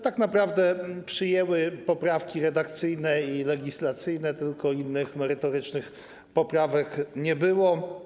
Tak naprawdę przyjęły tylko poprawki redakcyjne i legislacyjne, innych, merytorycznych poprawek nie było.